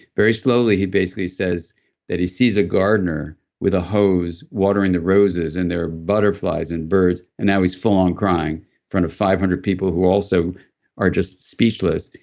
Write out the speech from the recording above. very slowly, he basically says that he sees a gardener with a hose watering the roses, and there are butterflies and birds, and now he's full on crying in front of five hundred people who also are just speechless,